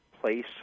place